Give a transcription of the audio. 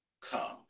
come